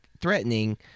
threatening